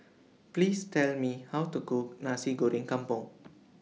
Please Tell Me How to Cook Nasi Goreng Kampung